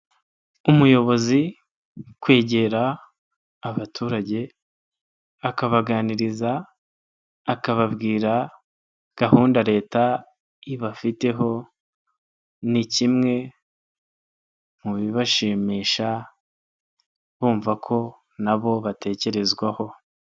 Umuyobozi: kwegera abaturage, akabaganiriza, akababwira gahunda Leta ibafiteho, ni kimwe mu bibashimisha bumva ko nabo batekerezwaho.